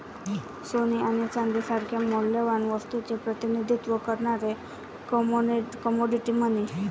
सोने किंवा चांदी सारख्या मौल्यवान वस्तूचे प्रतिनिधित्व करणारे कमोडिटी मनी